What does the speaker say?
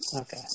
Okay